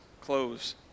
close